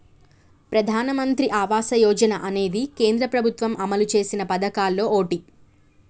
ప్రధానమంత్రి ఆవాస యోజన అనేది కేంద్ర ప్రభుత్వం అమలు చేసిన పదకాల్లో ఓటి